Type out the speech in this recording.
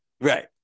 Right